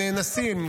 הנאנסים,